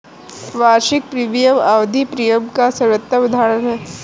वार्षिक प्रीमियम आवधिक प्रीमियम का सर्वोत्तम उदहारण है